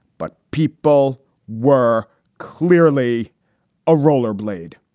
but people were clearly a roller blade.